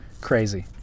Crazy